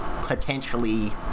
potentially